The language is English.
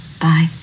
Bye